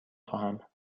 خواهم